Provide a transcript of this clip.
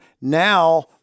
now